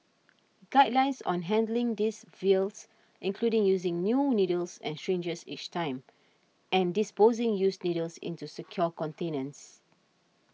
guidelines on handling these vials include using new needles and syringes each time and disposing used needles into secure containers